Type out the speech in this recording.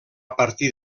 partir